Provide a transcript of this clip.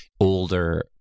older